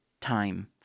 time